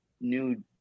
new